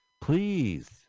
Please